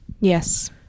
Yes